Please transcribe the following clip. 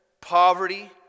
poverty